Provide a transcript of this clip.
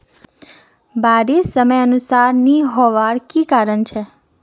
बारिश समयानुसार नी होबार की कारण छे?